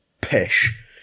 pish